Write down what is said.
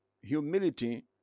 Humility